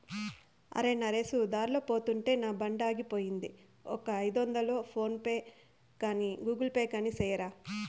అరే, నరేసు దార్లో పోతుంటే నా బండాగిపోయింది, ఒక ఐదొందలు ఫోన్ పే గాని గూగుల్ పే గాని సెయ్యరా